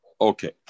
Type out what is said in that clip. okay